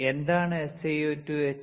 എന്താണ് SiO2 etchant